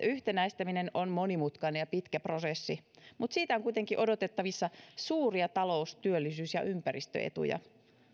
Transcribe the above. yhtenäistäminen on monimutkainen ja pitkä prosessi mutta siitä on kuitenkin odotettavissa suuria talous työllisyys ja ympäristöetuja